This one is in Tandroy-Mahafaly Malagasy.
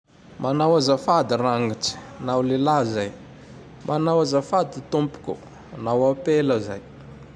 Manao azafady ragnitse, nao lelahy zay. Manao azafady tompoko, nao ampela zay.